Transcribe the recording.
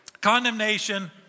Condemnation